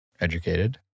educated